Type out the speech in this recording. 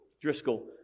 Driscoll